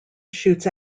shoots